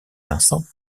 vincent